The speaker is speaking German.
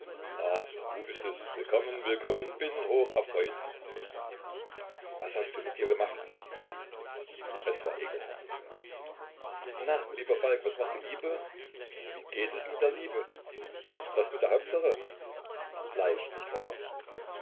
du bist es willkommen willkommen bin hocherfreut was hast du mit dir gemacht es war ekelhaft na lieber falk was macht die liebe wie geht es mit der liebe das mit der hauptsache leicht nicht wahr